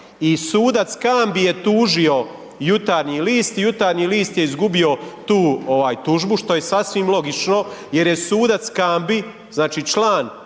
i sud Cambj je tužio Jutarnji list i Jutarnji list je izgubio tu tužbu što je sasvim logično jer je sudac Cambj, znači član